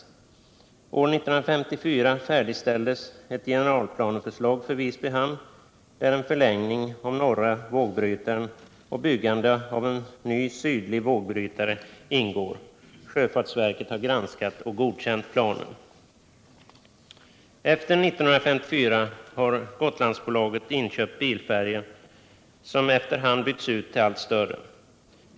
År 1954 färdigställdes ett generalplaneförslag för Visby hamn där en förlängning av norra vågbrytaren och byggande av en ny sydlig vågbrytare ingår. Sjöfartsverket har granskat och godkänt planen. Efter 1954 har Gotlandsbolaget inköpt bilfärjor som efter hand bytts ut till allt större.